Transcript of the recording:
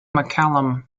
mccallum